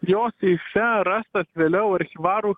jo seife rastas vėliau archyvarų